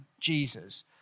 Jesus